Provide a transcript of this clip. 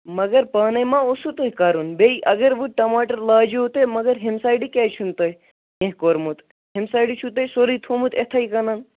مگر پانے ما اوسو تۄہہِ کَرُن بیٚیہِ اگر تۄہہِ ٹماٹر لاجیو تۄہہِ مگر ہمہِ سایڈٕ کیازِ چھو نہٕ توہہِ کینہہ کوٚرمُت ہِمہِ سایڈٕ چھو تۄہہِ سورُے تھوٚمُت اِتھٕے کٔنَن